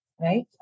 right